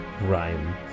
rhyme